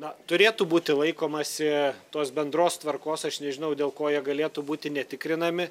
na turėtų būti laikomasi tos bendros tvarkos aš nežinau dėl ko jie galėtų būti netikrinami